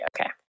okay